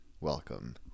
welcome